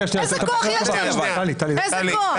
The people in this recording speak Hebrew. שום כוח.